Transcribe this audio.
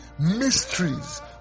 mysteries